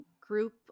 group